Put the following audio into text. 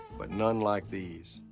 but none like these.